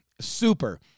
super